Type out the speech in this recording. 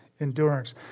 endurance